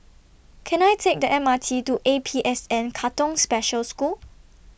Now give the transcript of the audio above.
Can I Take The M R T to A P S N Katong Special School